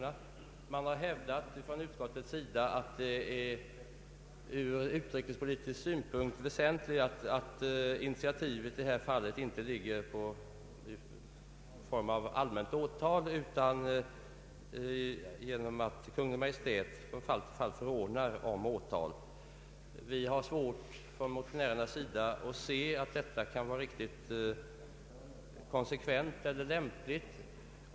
Utskottet har hävdat att det ur utrikespolitisk synpunkt är väsentligt att initiativet i detta fall inte tas genom allmänt åtal utan genom att Kungl. Maj:t från fall till fall förordnar om åtal. Vi motionärer har svårt att se att detta kan vara riktigt konsekvent eller riktigt.